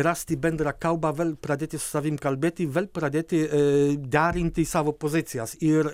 rasti bendrą kalbą vėl pradėti su savim kalbėti vėl pradėti e derinti savo pozicijas ir